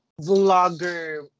vlogger